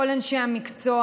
כל אנשי המקצוע.